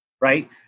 right